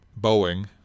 Boeing